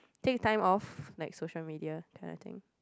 take time off like social media kind of thing